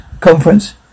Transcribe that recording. conference